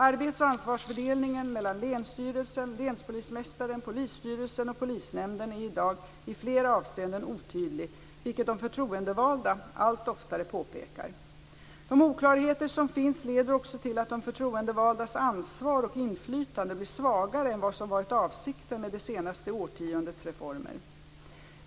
Arbets och ansvarsfördelningen mellan länsstyrelsen, länspolismästaren, polisstyrelsen och polisnämnden är i dag i flera avseenden otydlig, vilket de förtroendevalda allt oftare påpekar. De oklarheter som finns leder också till att de förtroendevaldas ansvar och inflytande blir svagare än vad som varit avsikten med det senaste årtiondets reformer.